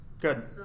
good